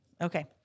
Okay